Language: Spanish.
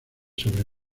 sobre